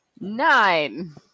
Nine